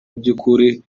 by’ukuri